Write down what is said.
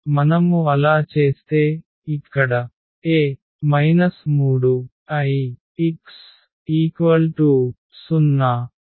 మనము అలా చేస్తే ఇక్కడ A 3Ix0